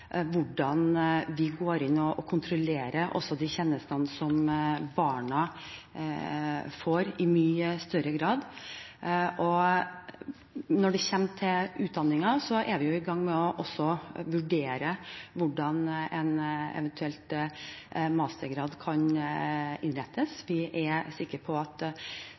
hvordan vi i mye større grad går inn og kontrollerer de tjenenestene som barna får. Når det gjelder utdanningen, er vi i gang med å vurdere hvordan en eventuell mastergrad kan innrettes. Vi er sikre på at